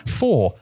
four